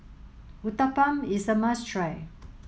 Uthapam is a must try